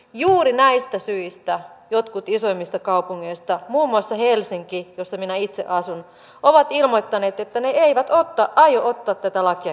juuri näistä syistä jotkut isoimmista kaupungeista muun muassa helsinki jossa minä itse asun ovat ilmoittaneet että ne eivät aio ottaa tätä lakia käytäntöön